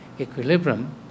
equilibrium